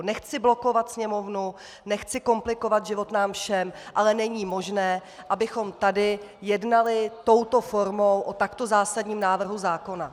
Nechci blokovat Sněmovnu, nechci komplikovat život nám všem, ale není možné, abychom tady jednali touto formou o takto zásadním návrhu zákona.